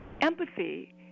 Empathy